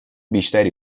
بیشتر